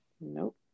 Nope